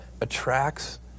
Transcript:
attracts